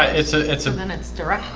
it's ah it's a minute, right?